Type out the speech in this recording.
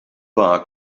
bar